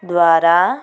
ଦ୍ଵାରା